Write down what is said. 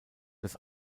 das